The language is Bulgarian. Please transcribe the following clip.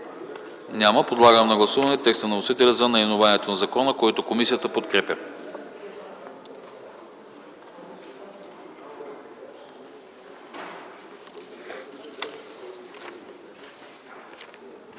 Няма. Подлагам на гласуване текста на вносителя за наименованието на закона, който комисията подкрепя.